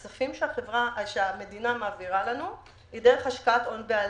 הכספים שהמדינה מעבירה לנו הם דרך השקעת הון בעלים.